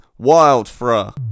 Wildfra